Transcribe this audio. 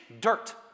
dirt